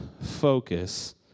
focus